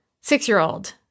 six-year-old